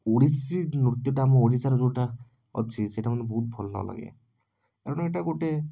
ଓଡ଼ିଶୀ ନୃତ୍ୟଟା ଆମ ଓଡ଼ିଶାରେ ଯେଉଁଟା ଅଛି ସେଇଟା ମୋତେ ବହୁତ ଭଲଲାଗେ ତେଣୁ ଏଇଟା ଗୋଟେ